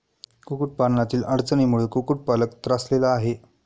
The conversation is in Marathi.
कुक्कुटपालनातील अडचणींमुळे कुक्कुटपालक त्रासलेला आहे